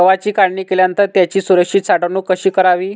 गव्हाची काढणी केल्यानंतर त्याची सुरक्षित साठवणूक कशी करावी?